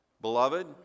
Beloved